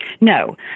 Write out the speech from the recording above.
No